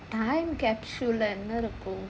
time capsule என்ன இருக்கும்:enna irukkum